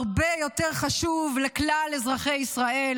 הרבה יותר חשוב לכלל אזרחי ישראל